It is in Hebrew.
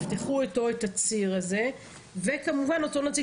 תפתחו איתו את הציר הזה וכמובן אותו נציג